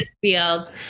field